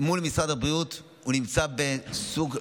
מול משרד הבריאות נמצא בסוג,